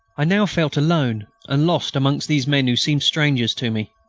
i now felt alone and lost amongst these men who seemed strangers to me.